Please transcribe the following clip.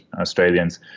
Australians